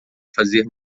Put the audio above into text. fazer